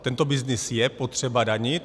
Tento byznys je potřeba danit.